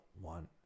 One